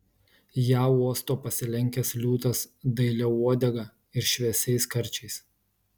ją uosto pasilenkęs liūtas dailia uodega ir šviesiais karčiais